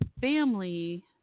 family